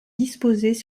disposés